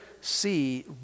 see